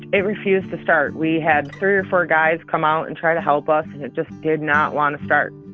it refused to start. we had three or four guys come out and try to help us and it just did not want to start.